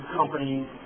companies